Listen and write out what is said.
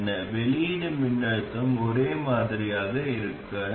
இப்போது முழுமையான படத்தில் அடிப்படையில் இந்த L2 சில RD ஆல் மாற்றப்பட்டது